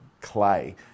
clay